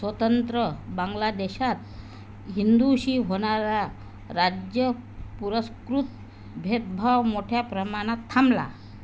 स्वतंत्र बांगलादेशात हिंदूशी होणारा राज्य पुरस्कृत भेदभाव मोठ्या प्रमाणात थांबला